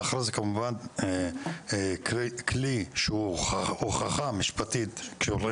ואחרי זה כמובן כלי שהוא חכם משפטית כשהורים